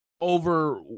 over